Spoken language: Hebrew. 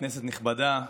כנסת נכבדה,